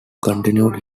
continued